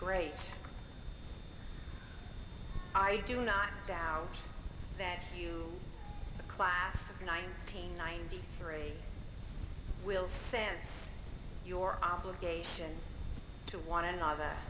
great i do not doubt that you the class of nineteen ninety three will send your obligations to one another